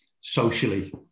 socially